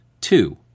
Two